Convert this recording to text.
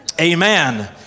amen